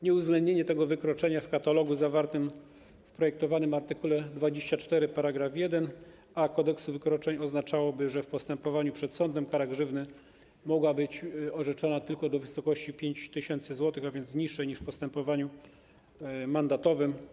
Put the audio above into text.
Nieuwzględnienie tego wykroczenia w katalogu zawartym w projektowanym art. 24 § 1a Kodeksu wykroczeń oznaczałoby, że w postępowaniu przed sądem kara grzywny mogłaby być orzeczona tylko do wysokości 5 tys. zł, a więc niższej niż w postępowaniu mandatowym.